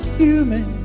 human